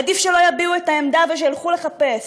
עדיף שלא יביעו את העמדה ושילכו לחפש.